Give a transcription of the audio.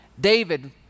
David